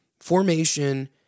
Formation